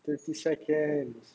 thirty seconds